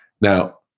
Now